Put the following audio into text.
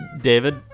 David